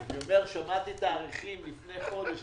אני אומר ששמעתי תאריכים מלפני חודש,